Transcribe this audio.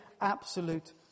absolute